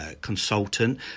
consultant